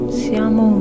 siamo